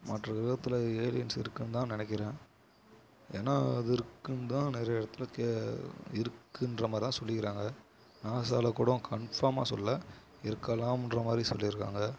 மற்ற கிரகத்தில் ஏலியன்ஸ் இருக்குதுன்னு தான் நினைக்கிறேன் ஏன்னா அது இருக்குதுன்னு தான் நிறைய இடத்துல கே இருக்குதுன்றமாரி தான் சொல்லிக்கிறாங்க நாசாவில கூட கன்ஃபார்மாக சொல்லலை இருக்கலாம்ன்றமாதிரி சொல்லியிருக்காங்க